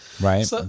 right